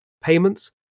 payments